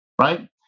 right